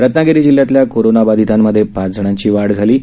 रत्नागिरी जिल्ह्यातल्या कोरोनाबाधितांमध्ये पाच जणांची वाढ झाली आहे